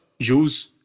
Jews